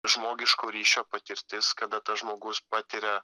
žmogiško ryšio patirtis kada tas žmogus patiria